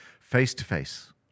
face-to-face